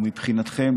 ומבחינתכם,